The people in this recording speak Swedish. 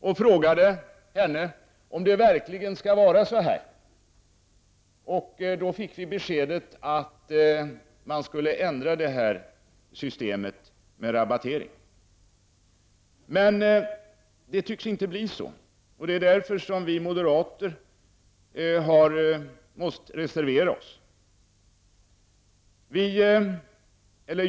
Jag frågade henne om det verkligen skall vara så här. Då fick vi beskedet att systemet med rabattering skall ändras. Men det tycks inte bli så. Det är därför som vi moderater har måst reservera oss.